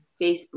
Facebook